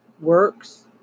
works